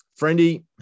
Friendy